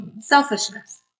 Selfishness